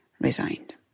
resigned